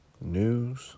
news